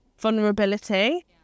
vulnerability